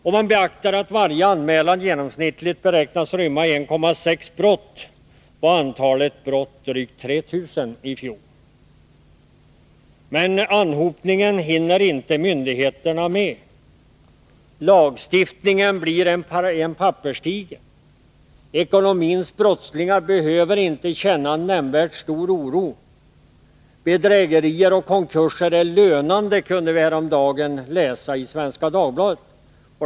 Om man beaktar att varje anmälan genomsnittligt beräknas rymma 1,6 brott, var antalet brott drygt 3 000 i fjol. Den anhopningen hinner myndigheterna inte med. Lagstiftningen blir en papperstiger. Ekonomins brottslingar behöver inte känna nämnvärt stor oro. Bedrägerier och konkurser är ”lönande”, kunde vi häromdagen läsa i Svenska Dagbladet.